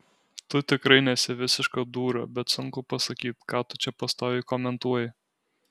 tu tikrai nesi visiška dūra bet sunku pasakyt ką tu čia pastoviai komentuoji